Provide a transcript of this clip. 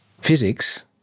Physics